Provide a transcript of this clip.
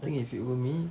think if it were me